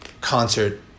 concert